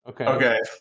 Okay